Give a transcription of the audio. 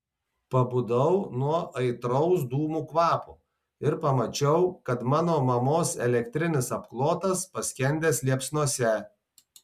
pabudau nuo aitraus dūmų kvapo ir pamačiau kad mano mamos elektrinis apklotas paskendęs liepsnose